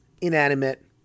inanimate